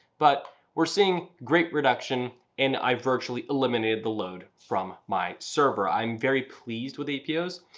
but we're seeing great reduction and i virtually eliminated the load from my server i'm very pleased with apo's.